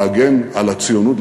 להגן על הציונות,